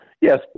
Yes